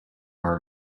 your